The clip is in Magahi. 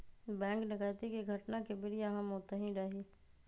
बैंक डकैती के घटना के बेरिया हम ओतही रही